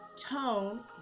tone